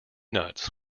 nuts